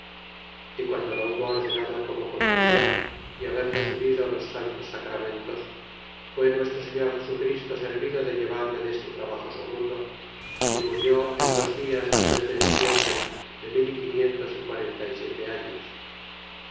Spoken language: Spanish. y guando lo hubo orde nado como convenia y haber reeebido los san tos sacramentos fue nuestro señor jesu christo servido de llevarle deste trabajoso mundo y murió en dos dias del mes de diciembre de mil y quinientos y quarenta y siete años